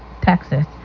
texas